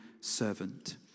servant